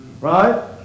Right